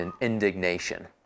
indignation